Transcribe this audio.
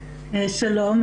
שלום,